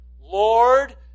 Lord